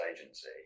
agency